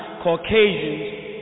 Caucasians